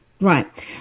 Right